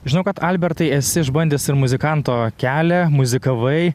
žinau kad albertai esi išbandęs ir muzikanto kelią muzikavai